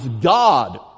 God